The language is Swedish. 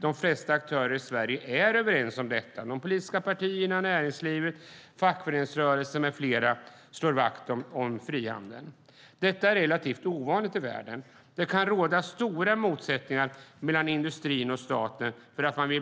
De flesta aktörer i Sverige är överens om det. De politiska partierna, näringslivet, fackföreningsrörelsen med flera slår vakt om frihandeln. Detta är relativt ovanligt i världen. Det kan råda stora motsättningar mellan industrin och staten för att man till